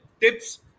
tips